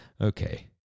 Okay